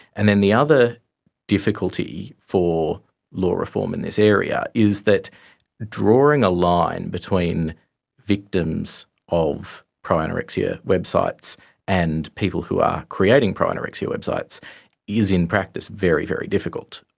and then the other difficulty for law reform in this area is that drawing a line between victims of pro-anorexia websites and people who are creating pro-anorexia websites is in practice very, very difficult.